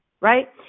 right